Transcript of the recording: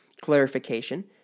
clarification